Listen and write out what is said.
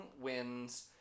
wins